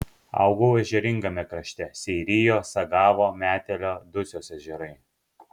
augau ežeringame krašte seirijo sagavo metelio dusios ežerai